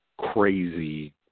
crazy